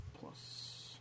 Plus